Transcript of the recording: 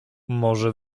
może